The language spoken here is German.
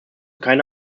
keine